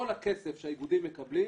כל הכסף שהאיגודים מקבלים